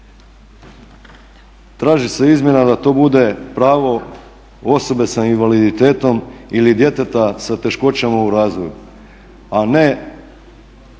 Traži se izmjena da to bude pravo osobe sa invaliditetom ili djeteta sa teškoćama u razvoju, a ne